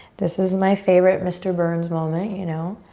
this is my favorite mister burns moment, you know.